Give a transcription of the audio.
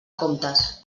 comptes